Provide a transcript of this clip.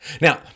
Now